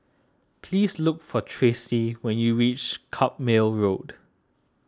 please look for Tracy when you reach Carpmael Road